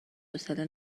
حوصله